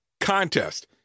contest